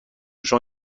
jean